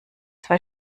zwei